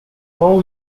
all